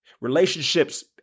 Relationships